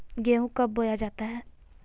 गेंहू कब बोया जाता हैं?